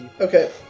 Okay